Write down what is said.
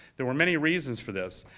there were many reasons for this.